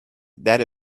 that